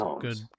good